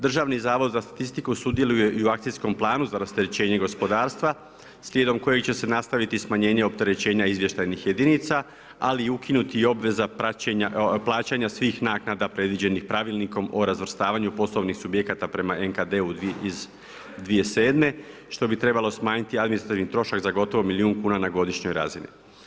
Državni zavod za statistiku sudjeluje i u akcijskom planu za rasterećenje gospodarstva slijedom kojeg će se nastaviti smanjenje opterećenja izvještajnih jedinica, ali i ukinuti obveza plaćanja svih naknada predviđenih Pravilnikom o razvrstavanju poslovnih subjekata prema NKD-u iz 2007. što bi trebalo smanjiti administrativni trošak za gotovo milijun kuna na godišnjoj razini.